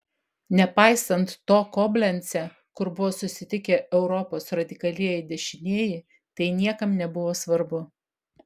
nepaisant to koblence kur buvo susitikę europos radikalieji dešinieji tai niekam nebuvo svarbu